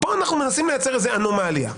פה אנחנו מנסים לייצר איזו אנומליה.